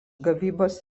gavybos